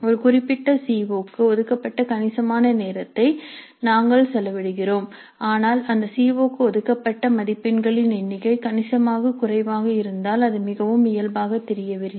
ஒரு குறிப்பிட்ட C O க்கு ஒதுக்கப்பட்ட கணிசமான நேரத்தை நாங்கள் செலவிடுகிறோம் ஆனால் அந்த சி ஓ க்கு ஒதுக்கப்பட்ட மதிப்பெண்களின் எண்ணிக்கை கணிசமாகக் குறைவாக இருந்தால் அது மிகவும் இயல்பாகத் தெரியவில்லை